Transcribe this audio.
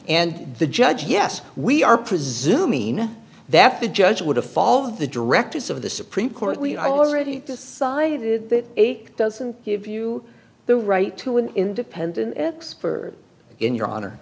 and the judge yes we are presuming that the judge would a fall of the directors of the supreme court when i was already decided that eight doesn't give you the right to an independent expert in your honor